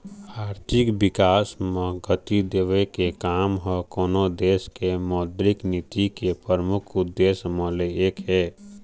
आरथिक बिकास म गति देवई के काम ह कोनो देश के मौद्रिक नीति के परमुख उद्देश्य म ले एक हे